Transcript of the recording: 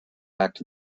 act